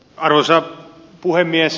arvoisa puhemies